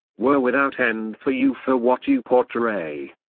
woe without end for you for what you portray!